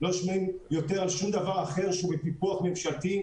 לא משלמים יותר על שום דבר אחר שהוא בפיקוח ממשלתי.